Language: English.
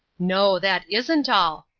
no, that isn't all,